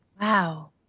Wow